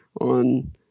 on